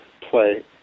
play